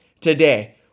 today